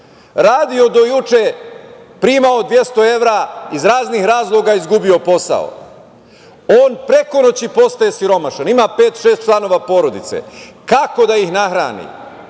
Radio do juče, primao 200 evra, iz raznih razloga izgubio posao. On preko noći postaje siromašan. Ima pet, šest članova porodice. Kako da ih nahrani?